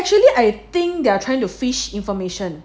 actually I think they trying to fish information